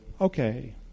okay